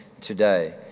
today